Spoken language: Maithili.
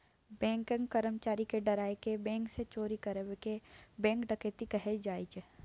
बैंकक कर्मचारी केँ डराए केँ बैंक सँ चोरी करब केँ बैंक डकैती कहल जाइ छै